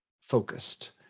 focused